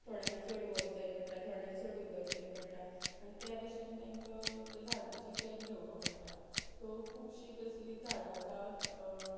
थोड्यांक चड वच जाय पडटा थोड्याक चड उदक जाय पडटा आनी त्या भाशेन तांकां त्या झाडाची कॅर घेवपा पडटा सो खुबशीं तसली झाडां आसात